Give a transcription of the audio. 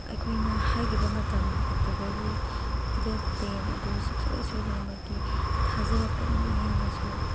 ꯑꯩꯈꯣꯏꯅ ꯍꯥꯏꯈꯤꯕ ꯃꯇꯝ ꯑꯣꯛꯇꯣꯕꯔꯒꯤ ꯗꯦꯠ ꯇꯦꯟ ꯑꯗꯨ ꯁꯨꯡꯁꯣꯏ ꯁꯣꯏꯗꯅꯃꯛꯀꯤ ꯊꯥꯖꯔꯛꯀꯅꯤ ꯍꯥꯏꯅꯁꯨ